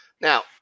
Now